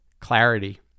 clarity